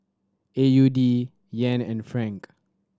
A U D Yen and Franc